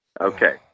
Okay